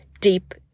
deep